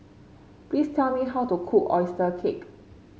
please tell me how to cook oyster cake